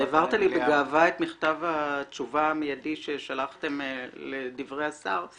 אתה העברת לי בגאווה את מכתב התשובה המיידי ששלחתם לדברי השר.